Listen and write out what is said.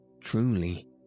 Truly